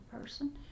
person